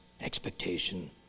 expectation